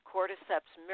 Cordyceps